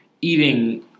eating